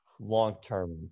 long-term